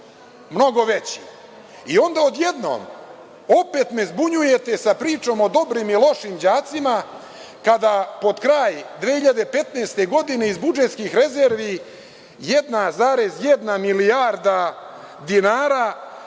mnogo veći i onda odjednom opet me zbunjujete sa pričom o dobrim i lošim đacima, kada pod kraj 2015. godine iz budžetskih rezervi 1,1 milijarda dinara